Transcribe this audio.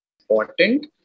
important